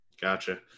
Gotcha